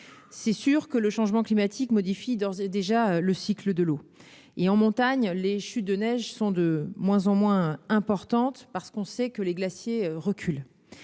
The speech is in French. des éléments. Le changement climatique modifie d'ores et déjà le cycle de l'eau. En montagne, les chutes de neige sont de moins en moins importantes, car, on le sait, les glaciers reculent.